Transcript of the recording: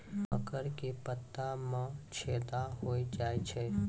मकर के पत्ता मां छेदा हो जाए छै?